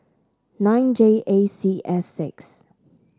nine J A C S six